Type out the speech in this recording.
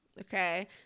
okay